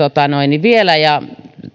vielä ja